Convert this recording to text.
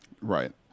Right